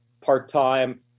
part-time